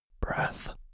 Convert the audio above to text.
breath